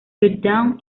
countdown